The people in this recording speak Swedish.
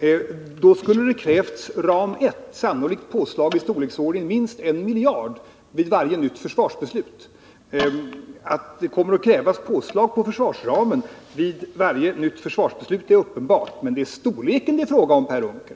För detta skulle det sannolikt ha krävts ett påslag av storleksordningen minst 1 miljard vid varje nytt försvarsbeslut. Att det kommer att krävas påslag på försvarsramen vid varje nytt försvarsbeslut är uppenbart, men det är storleken härav det är fråga om, Per Unckel.